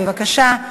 בבקשה,